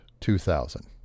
2000